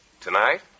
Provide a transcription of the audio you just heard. Tonight